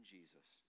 Jesus